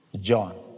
John